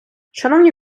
шановні